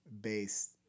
based